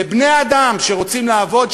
לבני-אדם שרוצים לעבוד,